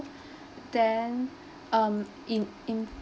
then um